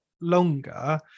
longer